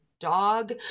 dog